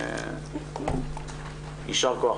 יישר כח.